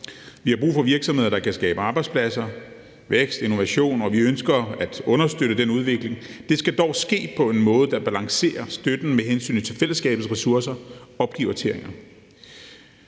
Vi har brug for virksomheder, der kan skabe arbejdspladser, vækst og innovation, og vi ønsker at understøtte den udvikling. Det skal dog ske på en måde, der balancerer støtten med hensyn til fællesskabets ressourcer og prioriteringer.